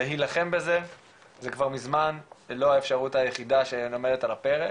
להילחם בזה זה כבר מזמן לא האפשרות היחידה שעומדת על הפרק.